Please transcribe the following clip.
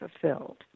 fulfilled